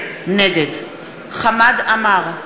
נגד חמד עמאר,